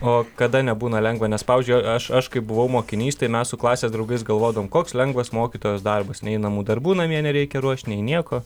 o kada nebūna lengva nes pavyzdžiui aš aš kai buvau mokinys tai mes su klasės draugais galvodavom koks lengvas mokytojos darbas nei namų darbų namie nereikia ruošt nei nieko